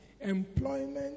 employment